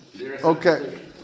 Okay